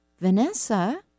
Vanessa